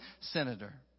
senator